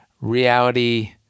reality